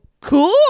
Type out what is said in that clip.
cool